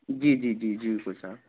जी जी जी जी वकील साहब